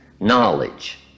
knowledge